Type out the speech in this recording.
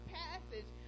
passage